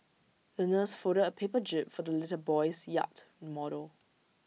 the nurse folded A paper jib for the little boy's yacht model